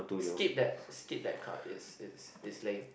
skip that skip that card it's it's it's lame